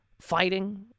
fighting